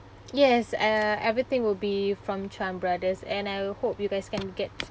yes uh everything will be from chan brothers and I will hope you guys can get